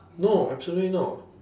no actually no